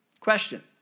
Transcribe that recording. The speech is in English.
Question